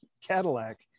Cadillac